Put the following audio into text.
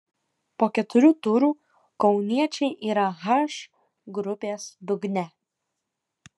po keturių turų kauniečiai yra h grupės dugne